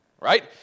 right